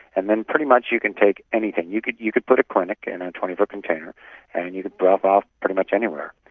and then pretty much you can take anything. you could you could put a clinic in a twenty foot container and you could drop off pretty much anywhere.